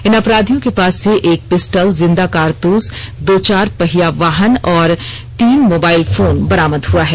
इन अपराधियों के पास से एक पिस्टल जिंदा कारतूस दो चार पहिया वाहन और तीन मोबाइल फोन बरामद हुआ है